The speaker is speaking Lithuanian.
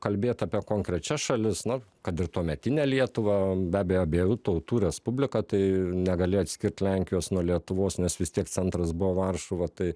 kalbėt apie konkrečias šalis na kad ir tuometinę lietuvą be abejo abiejų tautų respubliką tai negali atskirt lenkijos nuo lietuvos nes vis tiek centras buvo varšuva tai